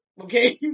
okay